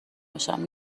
باشم